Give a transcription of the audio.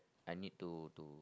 I need to to